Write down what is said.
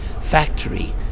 factory